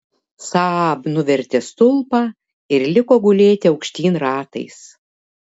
saab nuvertė stulpą ir liko gulėti aukštyn ratais